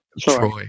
Troy